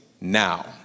now